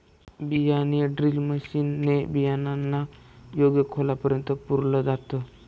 बियाणे drill machine ने बियाणांना योग्य खोलापर्यंत पुरल जात